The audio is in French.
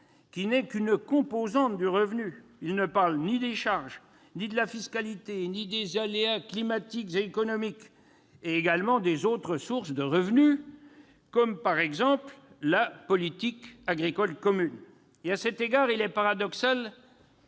qui n'est qu'une composante du revenu. Il ne parle ni des charges, ni de la fiscalité, ni des aléas climatiques et économiques, ni des autres sources de revenus, comme la politique agricole commune. À cet égard, monsieur